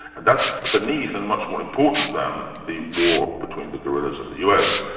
and that's beneath and much more important than the war between the guerillas and the us,